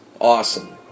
Awesome